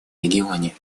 регионе